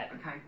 Okay